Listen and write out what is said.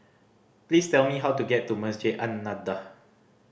please tell me how to get to Masjid An Nahdhah